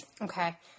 Okay